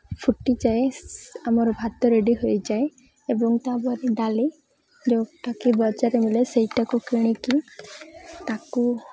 ଫୁଟିଯାଏ ଆମର ଭାତ ରେଡ଼ି ହୋଇଯାଏ ଏବଂ ତା'ପରେ ଡାଲି ଯେଉଁଟାକି ବଜାରରେ ମିଳେ ସେଇଟାକୁ କିଣିକି ତାକୁ